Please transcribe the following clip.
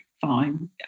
Fine